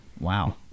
wow